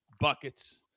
buckets